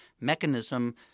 mechanism